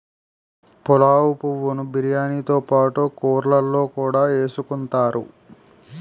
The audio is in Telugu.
పులావు పువ్వు ను బిర్యానీతో పాటు కూరల్లో కూడా ఎసుకుంతారు